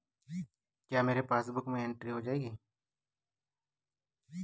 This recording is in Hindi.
क्या मेरी पासबुक में एंट्री हो जाएगी?